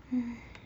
hmm